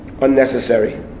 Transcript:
unnecessary